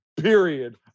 period